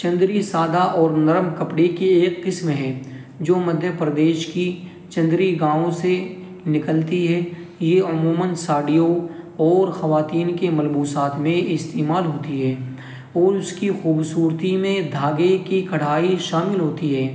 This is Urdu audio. چندری سادہ اور نرم کپڑے کے ایک قسم ہے جو مدھیہ پردیش کی چندری گاؤں سے نکلتی ہے یہ عموماً ساڑیوں اور خواتین کے ملبوسات میں استعمال ہوتی ہے اور اس کی خوبصورتی میں دھاگے کی کڑھائی شامل ہوتی ہے